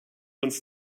uns